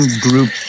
group